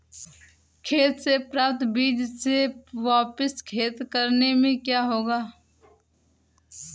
खेती से प्राप्त बीज से वापिस खेती करने से क्या होगा?